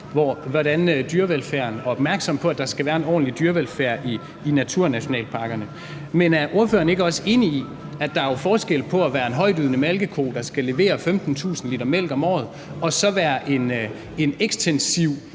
og vi er opmærksomme på, at der skal være en ordentlig dyrevelfærd i naturnationalparkerne. Men er ordføreren ikke også enig i, at der jo er forskel på at være en højtydende malkeko, der skal levere 15.000 l mælk om året, og så være et kvæg,